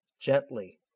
gently